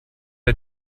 der